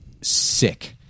sick